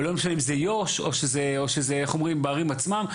לא משנה אם זה יו"ש או שזה בערים עצמם.